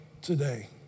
today